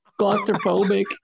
Claustrophobic